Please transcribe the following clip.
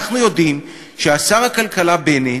אנחנו יודעים ששר הכלכלה, בנט,